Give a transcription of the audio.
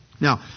Now